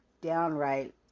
downright